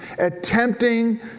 attempting